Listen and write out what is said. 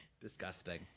Disgusting